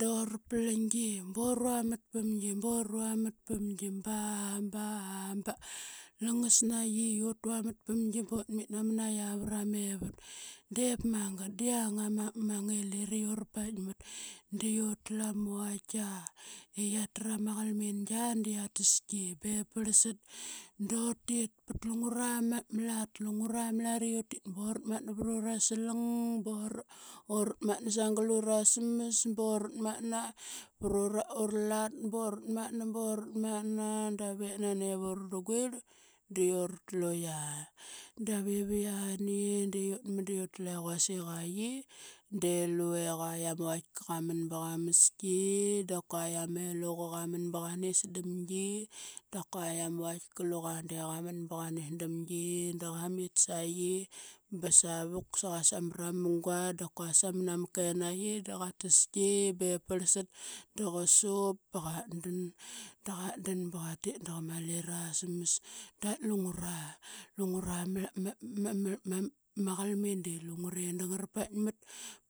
Dura plaingi. Bura vamat pamgi dutnut namanaqia vra mevat. Diip magat da yiang ama ngilit i ura paikamt de utlu ama vaitkia i qaitrama qalmingia da qia taski bev parlsat dutit pat lungra ma lat. Lungra ma lat i utit ba uratmatna varura slang ba ura, uratmatna sagal ura mas buratmatna vurura, ura lat ba urutmatna, ba urutmatna davep nani urnarguitl de urtluqia. Savip yiani ye de utman de utle quasik qq qi de lue qua ama vaitka qaman ba qamaski ku ama eluqa qaman ba nis danigi, dap kua i ama vautka luqa qaman ba qa ni dam gi da qamit sa qi ba sovul. Qua samra ma munga da kua samna ma kenaqi da qataski bep parlsat da qa sup da qatdan da qatdan ba qa tit da qa mali smas. Da lungura ma ma ma qalmin de lungure da ngara opaikmat